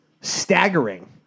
staggering